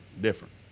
different